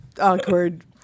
awkward